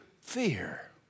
fear